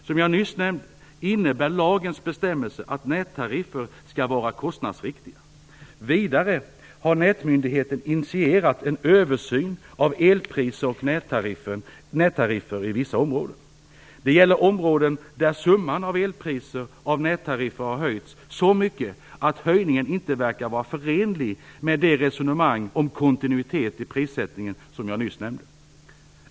Som jag nyss nämnde innebär lagens bestämmelser att nättariffer skall vara kostnadsriktiga. Vidare har Nätmyndigheten initierat en översyn av elpriser och nätavgifter i vissa områden. Det gäller områden där summan av elpriser av nättariffer har höjts så mycket att höjningen inte verkar vara förenlig med det resonemang om kontinuitet i prissättningen som jag nyss nämnde.